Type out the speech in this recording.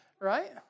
Right